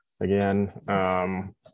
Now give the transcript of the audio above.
again